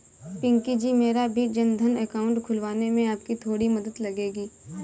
पिंकी जी मेरा भी जनधन अकाउंट खुलवाने में आपकी थोड़ी मदद लगेगी